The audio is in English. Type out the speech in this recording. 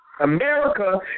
America